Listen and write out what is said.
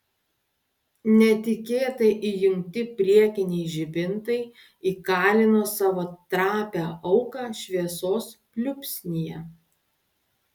netikėtai įjungti priekiniai žibintai įkalino savo trapią auką šviesos pliūpsnyje